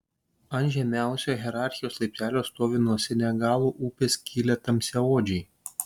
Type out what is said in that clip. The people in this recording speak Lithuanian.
ant žemiausio hierarchijos laiptelio stovi nuo senegalo upės kilę tamsiaodžiai